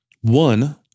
One